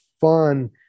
fun